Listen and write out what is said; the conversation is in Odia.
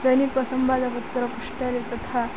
ଦୈନିକ ସମ୍ବାଦପତ୍ରର ପୃଷ୍ଠାରେ ତଥା